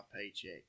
paycheck